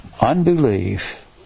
unbelief